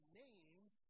names